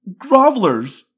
grovelers